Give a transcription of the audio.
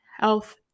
health